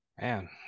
man